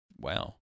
Wow